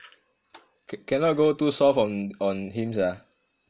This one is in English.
cannot go too soft on on him sia